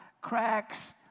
cracks